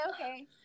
Okay